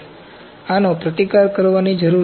તેથી આનો પ્રતિકાર કરવાની જરૂર છે